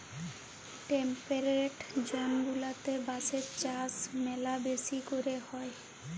temperate zone গুলাতে বাঁশের চাষ ম্যালা বেশি ক্যরে হ্যয়